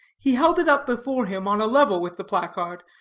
he held it up before him on a level with the placard,